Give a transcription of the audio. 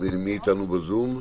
מי איתנו בזום?